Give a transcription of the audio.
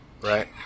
right